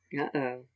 Uh-oh